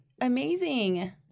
amazing